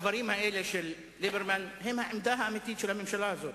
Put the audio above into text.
הדברים האלה של ליברמן הם העמדה האמיתית של הממשלה הזו,